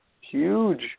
huge